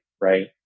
right